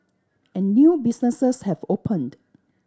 and new businesses have opened